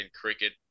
cricket